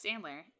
Sandler